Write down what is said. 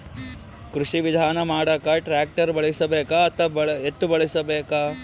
ಕೃಷಿ ವಿಧಾನ ಮಾಡಾಕ ಟ್ಟ್ರ್ಯಾಕ್ಟರ್ ಬಳಸಬೇಕ, ಎತ್ತು ಬಳಸಬೇಕ?